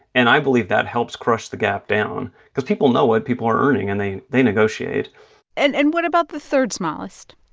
and i believe that helps crush the gap down because people know what people are earning and they they negotiate and and what about the third smallest?